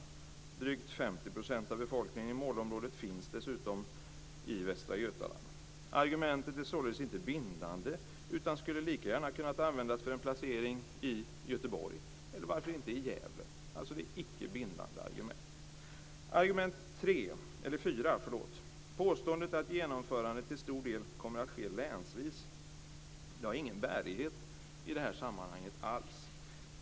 Drygt 50 % av befolkningen i målområdet finns dessutom i Västra Götaland. Argumentet är således inte bindande, utan det skulle lika gärna ha kunnat användas för en placering i Göteborg, eller varför inte i Gävle. Det är alltså ett icke bindande argument. Argument 4: Påståendet att "genomförandet till stor del kommer att ske länsvis" har ingen bärighet alls i det här sammanhanget.